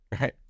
right